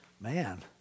man